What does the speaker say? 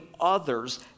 others